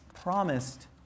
promised